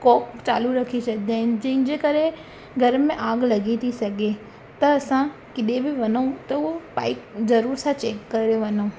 पोइ चालू रखी छॾंदा आहिनि जंहिंजे करे घर में आग लॻी थी सघे त असां केॾे बि वञूं त उहो पाइप ज़रूरु सां चैक करे वञूं